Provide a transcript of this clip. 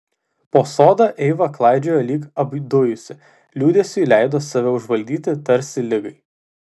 po sodą eiva klaidžiojo lyg apdujusi liūdesiui leido save užvaldyti tarsi ligai